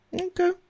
Okay